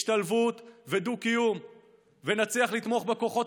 השתלבות ודו-קיום ונצליח לתמוך בכוחות